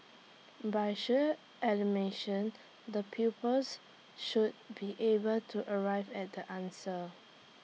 by sheer the pupils should be able to arrive at the answer